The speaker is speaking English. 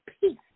peace